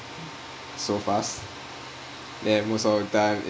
so fast then most of the time